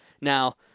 Now